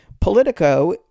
Politico